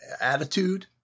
attitude